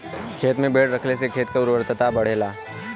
खेते में भेड़ रखले से खेत के उर्वरता बढ़ जाला